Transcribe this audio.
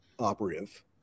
operative